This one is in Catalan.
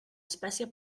espècie